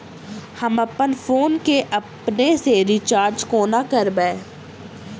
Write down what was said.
हम अप्पन फोन केँ अपने सँ रिचार्ज कोना करबै?